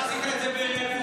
דקות.